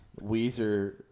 Weezer